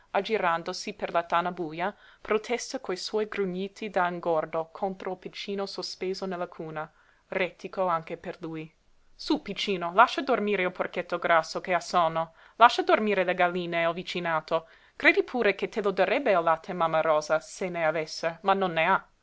aggirandosi per la tana buja protesta co suoi grugniti da ingordo contro il piccino sospeso nella cuna rètico anche per lui sú piccino lascia dormire il porchetto grasso che ha sonno lascia dormire le galline e il vicinato credi pure che te lo darebbe il latte mamma rosa se ne avesse ma non ne ha